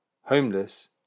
homeless